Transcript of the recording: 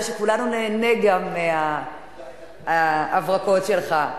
הזה כדי שכולנו ניהנה גם מההברקות שלך.